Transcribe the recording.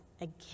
Again